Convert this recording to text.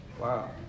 Wow